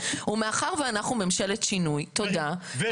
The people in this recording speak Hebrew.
ומאחר שאנחנו ממשלת שינוי -- וריפוי.